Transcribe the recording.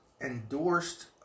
endorsed